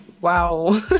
wow